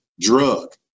drug